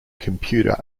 computer